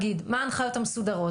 מההדבקה.